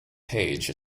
page